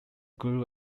grew